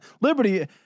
Liberty